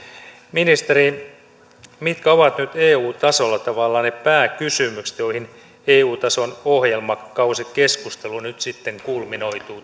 ministeri mitkä ovat nyt eun tasolla tavallaan ne pääkysymykset joihin eu tason ohjelmakausikeskustelu nyt sitten kulminoituu